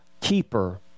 keeper